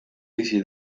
bizi